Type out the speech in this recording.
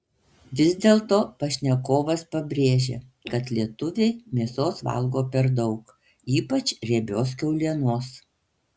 vis dėlto pašnekovas pabrėžia kad lietuviai mėsos valgo per daug ypač riebios kiaulienos